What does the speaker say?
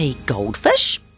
Goldfish